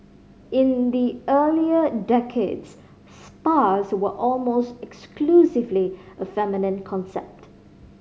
in the earlier decades spas were almost exclusively a feminine concept